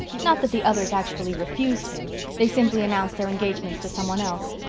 not that the others actually refused him they simply announced their engagements to some one else.